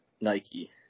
Nike